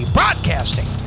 Broadcasting